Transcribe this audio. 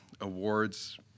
Awards